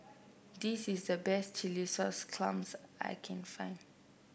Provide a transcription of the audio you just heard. this is the best Chilli Sauce Clams that I can find